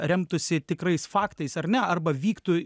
remtųsi tikrais faktais ar ne arba vyktų